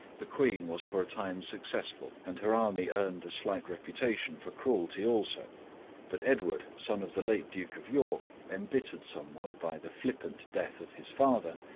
the queen was for a time successful, and her army earned a slight reputation for cruelty also but edward, son of the late duke of york, embittered somewhat by the flippant death of his father,